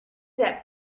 that